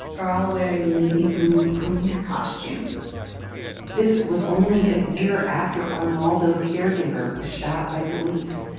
are all wearing navy blue police costumes this was only a year after arnaldo's caregiver was shot by police,